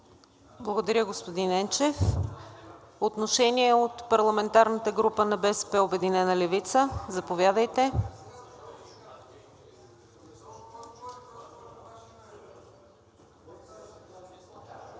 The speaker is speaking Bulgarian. Благодаря, господин Енчев. Отношение от парламентарната група на „БСП – Обединена левица“, заповядайте.